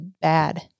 bad